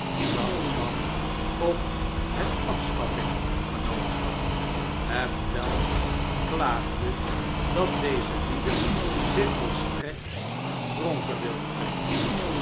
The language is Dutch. dan kwam ook het afscbaffmg genootschap hetwelk klaagde dat deze lieden zich volstrekt dronkenwilden drinken